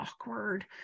awkward